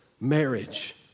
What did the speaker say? marriage